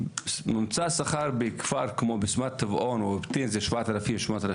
ממוצע השכר בכפר כמו בסמת טבעון או איבטין הוא 7,000-8,000